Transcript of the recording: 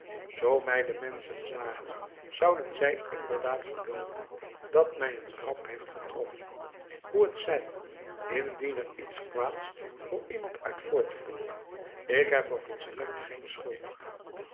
zoo mij de menschen zagen zouden zij inderdaad gelooven dat mij een ramp heeft getroffen hoe het zij indien er iets kwaads voor iemand uit voortvloeit ik heb er volstrekt geen schuld aan